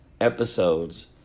episodes